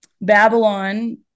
Babylon